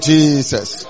Jesus